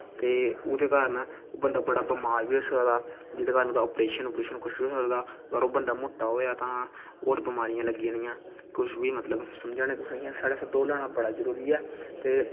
ते ओह्दे कारण बंदा बड़ा बमार बी होई सकदा जेह्दे कारण ऑपरेशन कुछ बी होई सकदा होर बंदा मुट्टा होया तां होर बमारियां लग्गी जानियां कुछ बी मतलब समझा नै नी की साढ़े आस्तै दौड़ लाना बड़ा जरूरी ऐ ते